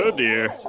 ah dear.